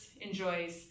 enjoys